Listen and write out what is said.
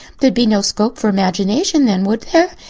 there'd be no scope for imagination then, would there?